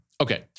Okay